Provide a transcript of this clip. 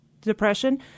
depression